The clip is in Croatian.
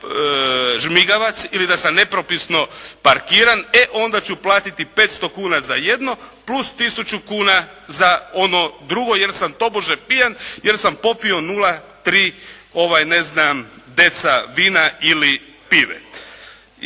dao žmigavac ili da sam nepropisno parkiran, e onda ću platiti 500 kuna za jedno plus tisuću kuna za ono drugo jer sam tobože pijan, jer sam popio 0,3 deci vina ili pive